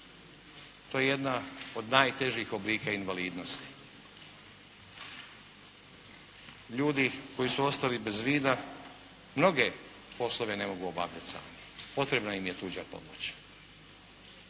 To je jedna od najtežih oblika invalidnosti. Ljudi koji su ostali bez vida mnoge poslove ne mogu obavljati sami, potrebna im je tuđa pomoć.